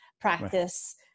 practice